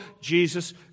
Jesus